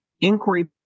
Inquiry